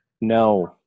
No